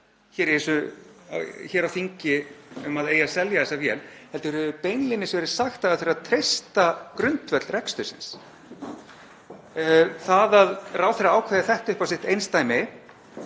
hér á þingi um að það eigi að selja þessa vél heldur hefur beinlínis verið sagt að það þurfti að treysta grundvöll rekstursins. Það að ráðherra ákveði þetta upp á sitt einsdæmi